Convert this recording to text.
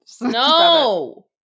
No